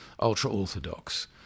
ultra-Orthodox